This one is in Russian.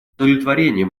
удовлетворением